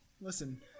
Listen